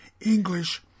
English